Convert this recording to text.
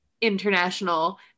International